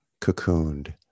cocooned